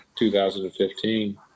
2015